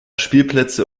spielplätze